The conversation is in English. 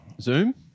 Zoom